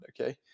okay